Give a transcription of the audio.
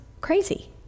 crazy